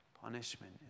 punishment